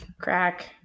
Crack